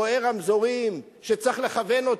רואה רמזורים שצריך לכוון.